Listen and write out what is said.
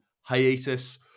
hiatus